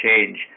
change